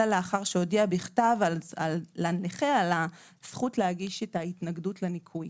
אלא לאחר שהודיע בכתב לנכה על הזכות להגיש את ההתנגדות לניכוי,